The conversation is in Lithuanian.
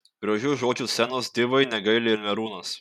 gražių žodžių scenos divai negaili ir merūnas